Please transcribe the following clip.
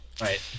Right